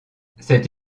cette